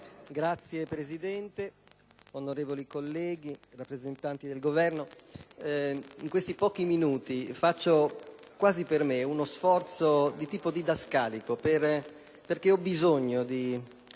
Signor Presidente, onorevoli colleghi, rappresentanti del Governo, in questi pochi minuti vorrei fare uno sforzo di tipo didascalico, perché ho bisogno di